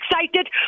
excited